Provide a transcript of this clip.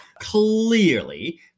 Clearly